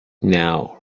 now